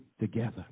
together